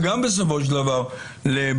וגם בסופו של דבר לבקרה.